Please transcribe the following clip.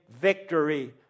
victory